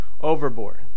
overboard